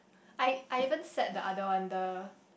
I I even sat the other one the